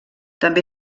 també